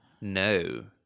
No